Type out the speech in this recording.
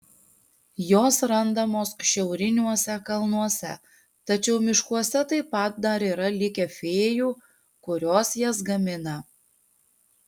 jos randamos šiauriniuose kalnuose tačiau miškuose taip pat dar yra likę fėjų kurios jas gamina